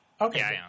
Okay